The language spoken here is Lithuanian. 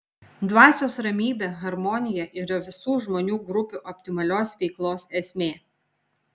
dvasios ramybė harmonija yra visų žmonių grupių optimalios veiklos esmė